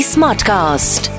Smartcast